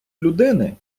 людини